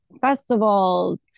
festivals